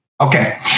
Okay